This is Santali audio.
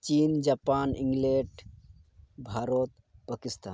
ᱪᱤᱱ ᱡᱟᱯᱟᱱ ᱤᱝᱞᱮᱱᱰ ᱵᱷᱟᱨᱚᱛ ᱯᱟᱹᱠᱤᱥᱛᱟᱱ